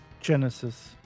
genesis